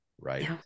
Right